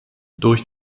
durch